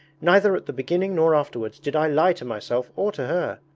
neither at the beginning nor afterwards did i lie to myself or to her.